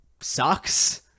sucks